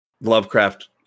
Lovecraft